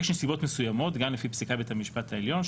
יש נסיבות מסוימות גם לפי פסיקת בית המשפט העליון,